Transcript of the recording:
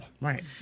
Right